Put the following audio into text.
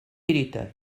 pirita